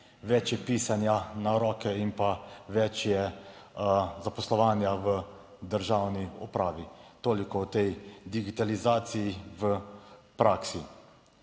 več je pisanja na roke in pa več je zaposlovanja v državni upravi. Toliko o tej digitalizaciji v praksi.